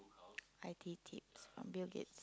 i_t tips from Bill-Gates